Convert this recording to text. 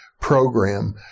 Program